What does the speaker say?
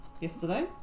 Yesterday